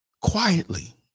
quietly